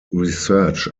research